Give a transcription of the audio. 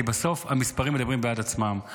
כי בסוף המספרים מדברים בעד עצמם.